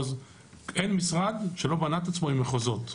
אין משרד שלא בנה את עצמו עם מחוזות.